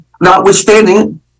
Notwithstanding